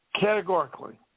Categorically